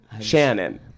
Shannon